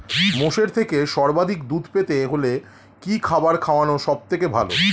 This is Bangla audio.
মোষের থেকে সর্বাধিক দুধ পেতে হলে কি খাবার খাওয়ানো সবথেকে ভালো?